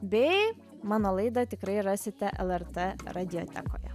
bei mano laidą tikrai rasite lrt radiotekoje